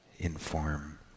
inform